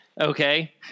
Okay